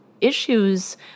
issues